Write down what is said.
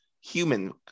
human